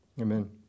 Amen